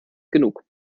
genug